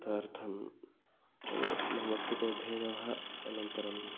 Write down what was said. तदर्थं मम कृते धेनवः अनन्तरम्